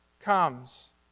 comes